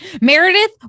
Meredith